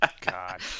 God